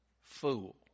fool